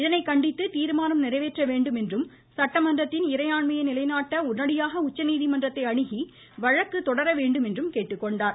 இதனை கண்டித்து தீாமானம் நிறைவேற்ற வேண்டும் என்றும் சட்டமன்றத்தின் இறையான்மையை நிலைநாட்ட உடனடியாக உச்சநீதிமன்றத்தை அணுகி வழக்கு தொடர வேண்டும் என்றும் அவர் கேட்டுக்கொண்டார்